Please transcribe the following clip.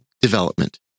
development